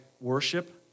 worship